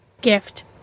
gift